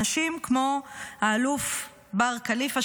אנשים כמו האלוף בר כליפא,